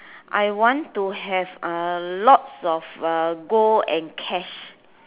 I want to have a lots of uh gold and cash